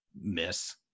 miss